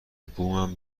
بومم